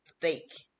fake